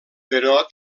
però